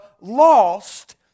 Lost